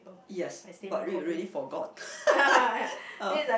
yes but read already forgot